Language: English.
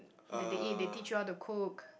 that they eat they teach you how to cook